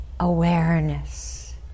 awareness